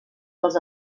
dels